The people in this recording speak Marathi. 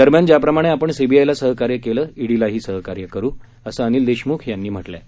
दरम्यान ज्याप्रकारे आपण सीबीआयला सहकार्य केलं ईडीलाही सहकार्य करु असं अनिल देशमुख यांनी म्हटलं आहे